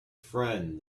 friend